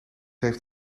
heeft